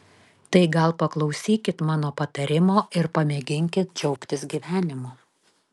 tai gal paklausykit mano patarimo ir pamėginkit džiaugtis gyvenimu